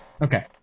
Okay